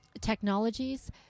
technologies